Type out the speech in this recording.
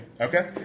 Okay